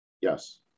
Yes